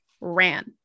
ran